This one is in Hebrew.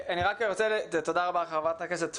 תודה לחברת הכנסת פרומן.